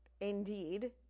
indeed